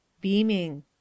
BEAMING